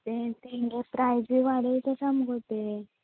तेंच ते मगो प्रायजय वाडयत आसा मगो ते